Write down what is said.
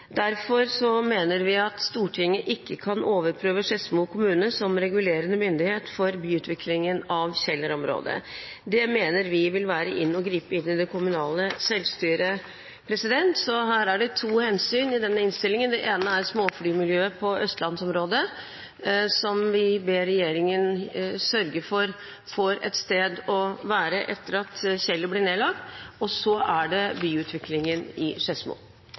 Derfor mener vi at Stortinget ikke kan overprøve Skedsmo kommune som regulerende myndighet for byutviklingen av Kjeller-området. Det mener vi vil være å gripe inn i det kommunale selvstyret. Så i denne innstillingen er det to hensyn å ta. Det ene er til småflymiljøet på østlandsområdet, som vi ber regjeringen sørge for får et sted å være etter at Kjeller blir nedlagt, og det andre er til byutviklingen i